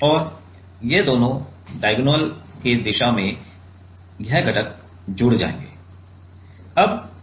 और ये दोनों डायगोनल की दिशा में यह घटक जुड़ जाएंगे